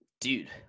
Dude